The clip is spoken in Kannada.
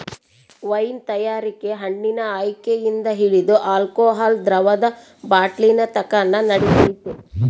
ವೈನ್ ತಯಾರಿಕೆ ಹಣ್ಣಿನ ಆಯ್ಕೆಯಿಂದ ಹಿಡಿದು ಆಲ್ಕೋಹಾಲ್ ದ್ರವದ ಬಾಟ್ಲಿನತಕನ ನಡಿತೈತೆ